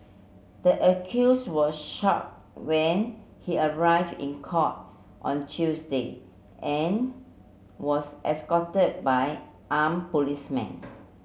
the accused was shackled when he arrive in court on Tuesday and was escorted by arm policemen